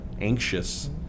anxious